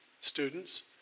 students